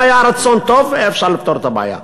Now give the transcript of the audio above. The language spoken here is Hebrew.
אם היה רצון טוב היה אפשר לפתור את הבעיה,